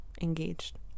engaged